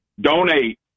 donate